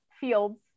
fields